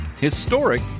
historic